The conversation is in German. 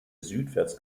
südwärts